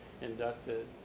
inducted